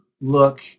look